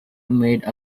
made